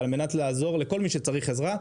ועל מנת לעזור לכל מי שצריך עזרה.